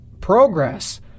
progress